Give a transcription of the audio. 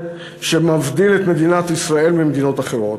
שמבדיל את מדינת ישראל ממדינות אחרות.